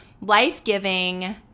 life-giving